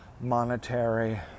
monetary